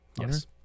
Yes